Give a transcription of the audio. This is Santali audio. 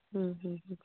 ᱦᱩᱸ ᱦᱩᱸ